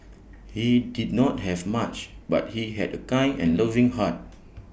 he did not have much but he had A kind and loving heart